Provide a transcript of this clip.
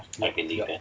yup yup